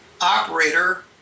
operator